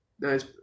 Nice